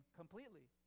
completely